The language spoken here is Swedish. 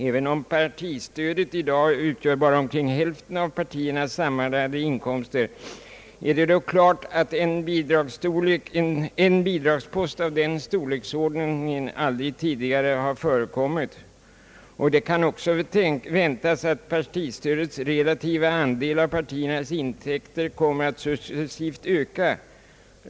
Även om partistödet i dag utgör bara omkring hälften av partiernas sammanlagda inkomster, är det dock klart att en bidragspost av den storleksordningen aldrig tidigare har förekommit. Det kan också väntas att partistödets relativa andel av partiernas intäkter kommer att successivt öka.